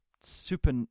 super